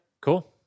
Cool